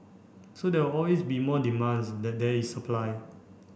so there always be more demands that there is supply